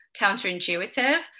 counterintuitive